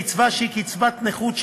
קצבה שהיא קצבת נכות,